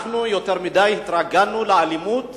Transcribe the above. אנחנו יותר מדי התרגלנו לאלימות